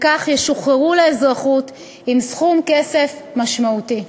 וכך ישוחררו לאזרחות עם סכום כסף משמעותי.